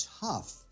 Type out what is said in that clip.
tough